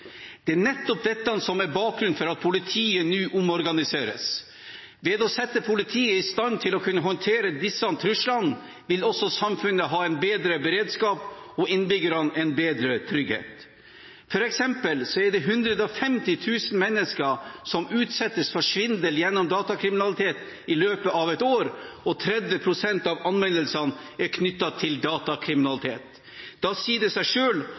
Det er nettopp dette som er bakgrunnen for at politiet nå omorganiseres. Ved å sette politiet i stand til å kunne håndtere disse truslene vil også samfunnet ha en bedre beredskap og innbyggerne en bedre trygghet. For eksempel er det 150 000 mennesker som utsettes for svindel gjennom datakriminalitet i løpet av et år, og 30 pst. av anmeldelsene er knyttet til datakriminalitet. Da sier det seg